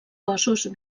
cossos